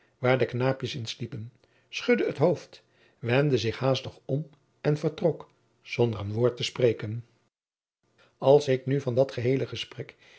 waar de knaapjens in sliepen schudde het hoofd wendde zich haastig om en vertrok zonder een woord te spreken als ik nu van dat geheele gesprek